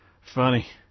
Funny